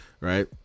right